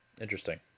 Interesting